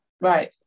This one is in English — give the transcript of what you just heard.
right